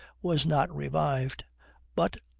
was not revived but,